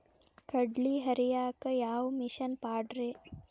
ಕಡ್ಲಿ ಹರಿಯಾಕ ಯಾವ ಮಿಷನ್ ಪಾಡ್ರೇ?